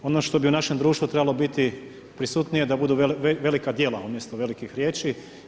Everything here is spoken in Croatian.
Ono što bi u našem društvu trebalo biti prisutnije da budu velika djela umjesto velikih riječi.